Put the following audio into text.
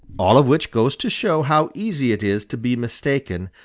all of which goes to show how easy it is to be mistaken,